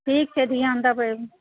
ठीक छै ध्यान देबै